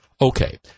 Okay